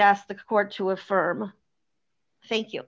ask the court to affirm thank you